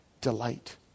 delight